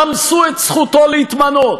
רמסו את זכותו להתמנות.